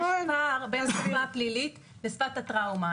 יש פער בין השפה הפלילית לשפת הטראומה.